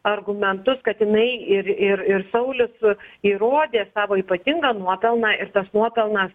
argumentus kad jinai ir ir ir saulius įrodė savo ypatingą nuopelną ir tas nuopelnas